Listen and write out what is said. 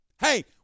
Hey